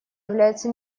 является